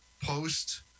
post